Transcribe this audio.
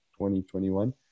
2021